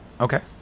Okay